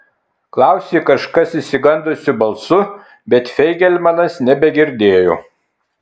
klausė kažkas išsigandusiu balsu bet feigelmanas nebegirdėjo